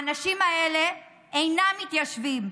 האנשים האלה אינם מתיישבים,